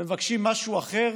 ומבקשים משהו אחר